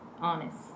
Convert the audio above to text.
honest